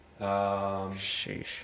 Sheesh